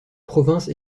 provinces